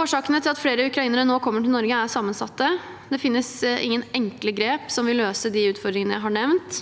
Årsakene til at flere ukrainere nå kommer til Norge, er sammensatte. Det finnes ingen enkle grep som vil løse de utfordringene jeg har nevnt.